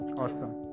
Awesome